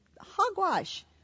Hogwash